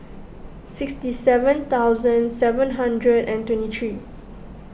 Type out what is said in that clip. sixty seven thousand seven hundred and twenty three